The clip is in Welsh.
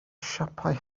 siapau